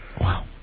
Wow